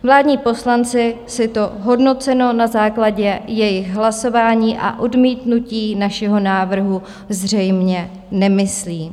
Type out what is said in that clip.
Vládní poslanci si to, hodnoceno na základě jejich hlasování a odmítnutí našeho návrhu, zřejmě nemyslí.